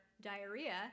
diarrhea